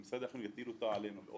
שמשרד החינוך יטיל אותנו עלינו או